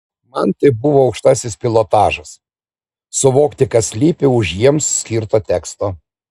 man tai buvo aukštasis pilotažas suvokti kas slypi už jiems skirto teksto